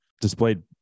displayed